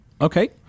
Okay